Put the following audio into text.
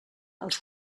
als